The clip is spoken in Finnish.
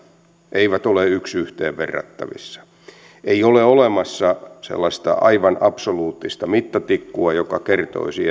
eivät ole yksi yhteen verrattavissa ei ole olemassa sellaista aivan absoluuttista mittatikkua joka kertoisi